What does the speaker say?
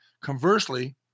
Conversely